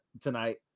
tonight